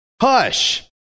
hush